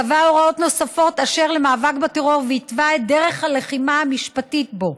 קבע הוראות נוספות אשר למאבק בטרור והתווה את דרך הלחימה המשפטית בו.